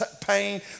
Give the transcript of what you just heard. pain